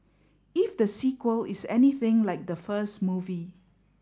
if the sequel is anything like the first movie